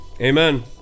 amen